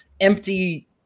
empty